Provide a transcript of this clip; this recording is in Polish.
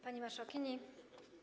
Pani Marszałkini!